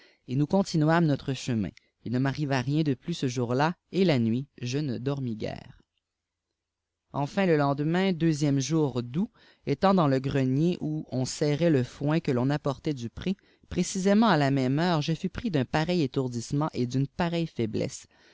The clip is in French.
et nous continuâmes notre chemin il ne m'arriva rien de plus ce jour-là et la nuit je ne dormis guère enfin j le lendemain deuxième jour d'août étant dans le grenier où on serrait le foin que l'on apportait du pré précisément à la même heure je fus pris d'un pareil étourdissement et d'une pareiue faiblesse